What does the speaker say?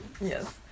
Yes